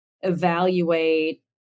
evaluate